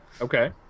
Okay